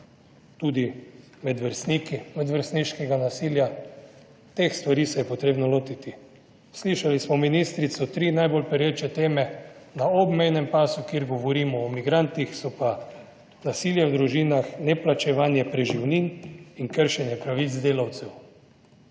medvrstniškega nasilja, teh stvari se je potrebno lotiti. Slišali smo ministrico, tri najbolj pereče teme na obmejnem pasu, kjer govorimo o migrantih, so pa nasilje v družinah, neplačevanje preživnin in kršenje pravic delavcev.